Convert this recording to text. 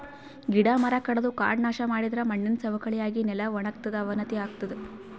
ಗಿಡ ಮರ ಕಡದು ಕಾಡ್ ನಾಶ್ ಮಾಡಿದರೆ ಮಣ್ಣಿನ್ ಸವಕಳಿ ಆಗಿ ನೆಲ ವಣಗತದ್ ಅವನತಿ ಆತದ್